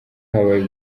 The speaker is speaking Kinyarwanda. habaye